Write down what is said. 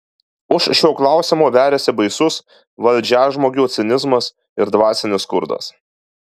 už šio klausimo veriasi baisus valdžiažmogio cinizmas ir dvasinis skurdas